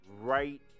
Right